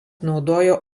naudojo